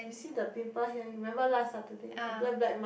see the pimple here you remember last Saturday the black black mark